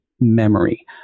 memory